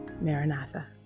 Maranatha